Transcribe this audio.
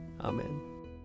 Amen